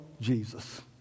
Jesus